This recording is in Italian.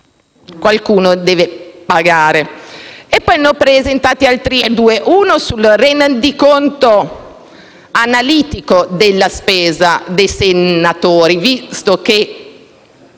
qualcuno deve pagare. Poi ne ho presentati altri due, uno sul rendiconto analitico della spesa dei senatori - visto che